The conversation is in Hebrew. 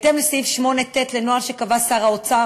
בהתאם לסעיף 8(ט) לנוהל שקבע שר האוצר,